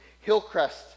Hillcrest